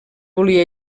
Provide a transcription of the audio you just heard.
volia